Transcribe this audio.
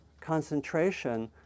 concentration